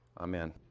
amen